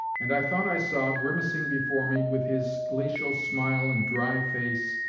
and i thought i saw, grimacing before me, with his glacial smile, and dry face,